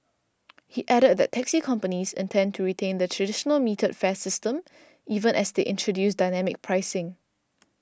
he added that taxi companies intend to retain the traditional metered fare system even as they introduce dynamic pricing